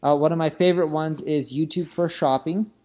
ah one of my favorite ones is youtube for shopping,